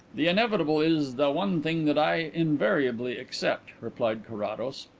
the inevitable is the one thing that i invariably accept, replied carrados.